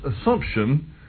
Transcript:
assumption